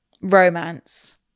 Romance